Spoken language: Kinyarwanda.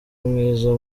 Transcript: umwiza